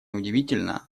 удивительно